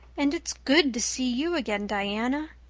and it's good to see you again, diana!